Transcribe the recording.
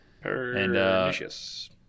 Pernicious